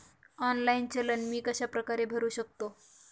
Online चलन मी कशाप्रकारे भरु शकतो?